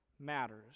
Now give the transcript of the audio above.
matters